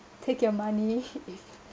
take your money